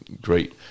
great